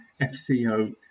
FCO